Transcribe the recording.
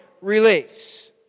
Release